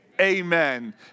Amen